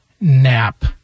nap